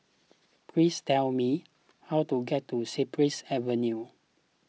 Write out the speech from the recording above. please tell me how to get to Cypress Avenue